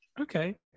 Okay